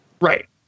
Right